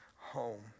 home